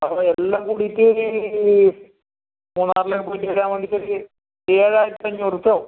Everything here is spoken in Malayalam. ആ എല്ലം കൂടീട്ടൊരു മൂന്നാറിൽ പോയിട്ട് വരാൻ വേണ്ടീട്ടൊരു ഏഴായിരത്തഞ്ഞൂറ് ഉർപ്യ ആവും